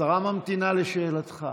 השרה ממתינה לשאלתך.